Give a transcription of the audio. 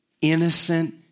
innocent